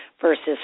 versus